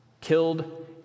killed